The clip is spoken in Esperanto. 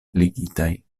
ligitaj